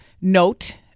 note